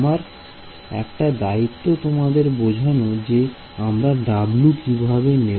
আমার এইটা দায়িত্ব তোমাদের বোঝানো যে আমরা W কিভাবে নেব